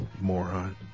Moron